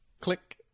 Click